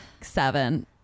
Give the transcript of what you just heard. seven